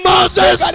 Moses